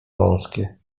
wąskie